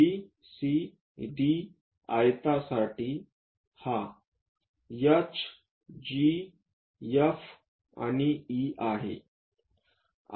B C D आयतासाठी हा H G F आणि E आहे